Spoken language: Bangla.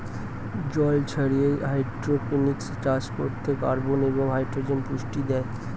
জল ছাড়িয়ে হাইড্রোপনিক্স চাষ করতে কার্বন এবং হাইড্রোজেন পুষ্টি দেয়